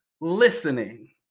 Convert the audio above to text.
listening